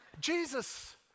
Jesus